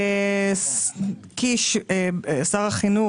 שר החינוך,